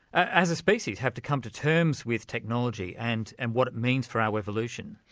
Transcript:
as a species, have to come to terms with technology and and what it means for our evolution?